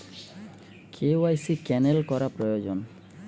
KYC cancel করা প্রয়োজন?